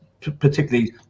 particularly